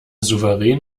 souverän